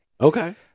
Okay